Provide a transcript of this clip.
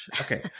Okay